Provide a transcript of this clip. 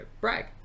Brag